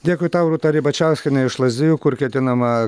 dėkui tau rūta ribačiauskienė iš lazdijų kur ketinama